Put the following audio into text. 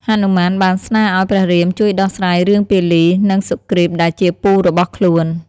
ហនុមានបានស្នើឱ្យព្រះរាមជួយដោះស្រាយរឿងពាលី និងសុគ្រីពដែលជាពូរបស់ខ្លួន។